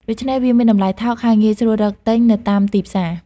ដូច្នេះវាមានតម្លៃថោក ហើយងាយស្រួលរកទិញនៅតាមទីផ្សារ។